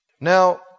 Now